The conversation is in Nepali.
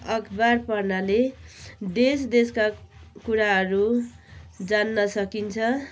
अखबार पढ्नाले देश देशका कुराहरू जान्न सकिन्छ